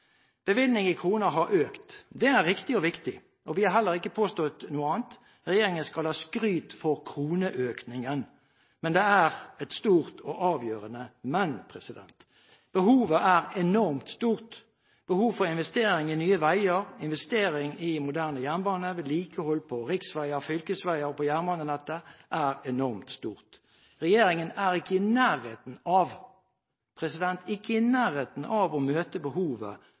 Bevilgning i kroner har økt. Det er riktig og viktig – vi har heller ikke påstått noe annet. Regjeringen skal ha skryt for kroneøkningen. Men det er et stort og avgjørende «men»: Behovet er enormt stort. Behov for investering i nye veier, investering i moderne jernbane, vedlikehold på riksveier, fylkesveier og på jernbanenettet er enormt stort. Regjeringen er ikke i nærheten av – ikke i nærheten av – å møte behovet